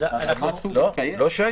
לא?